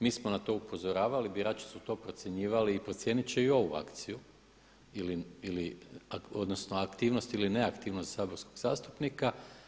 Mi smo na to upozoravali, birači su to procjenjivali i procijenit će i ovu akciju odnosno aktivnost ili neaktivnost saborskog zastupnika.